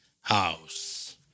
house